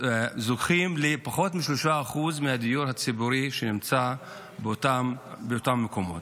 זוכה לפחות מ-3% מהדיור הציבורי באותם מקומות,